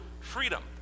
freedom